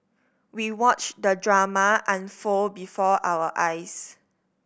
we watched the drama unfold before our eyes